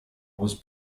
was